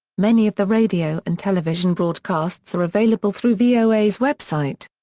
many of the radio and television broadcasts are available through voa's website.